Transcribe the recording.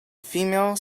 female